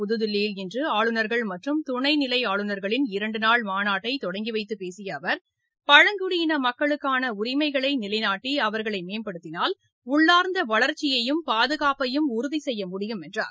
புதுதில்லியில் இன்று ஆளுநர்கள் மற்றும் துணைநிலை ஆளுநர்களின் இரண்டுநாள் மாநாட்டை தொடங்கிவைத்துப் பேசிய அவர் பழங்குடியின மக்களுக்கான உரிமைகளை நிலைநாட்டி அவர்களை மேம்படுத்தினால் உள்ளார்ந்த வளர்ச்சியையும் பாதுகாப்பையும் உறுதி செய்ய முடியும் என்றார்